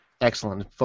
Excellent